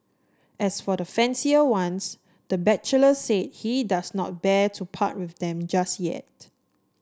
as for the fancier ones the bachelor said he does not bear to part with them just yet